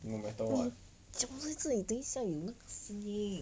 你讲在这里等一下有那个声音